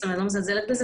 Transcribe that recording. אני לא מזלזלת בזה.